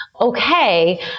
Okay